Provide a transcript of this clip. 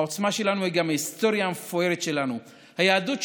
העוצמה שלנו היא גם ההיסטוריה המפוארת שלנו: היהדות,